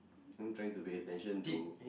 trying to pay attention to